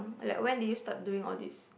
like when did you start doing all these